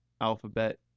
alphabet